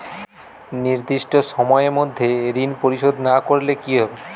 নির্দিষ্ট সময়ে মধ্যে ঋণ পরিশোধ না করলে কি হবে?